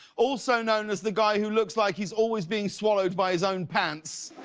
also known as the guy who looks like he's always been swallowed by his own pants.